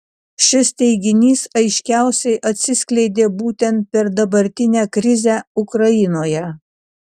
šis teiginys aiškiausiai atsiskleidė būtent per dabartinę krizę ukrainoje